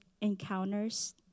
encounters